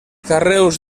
carreus